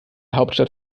hauptstadt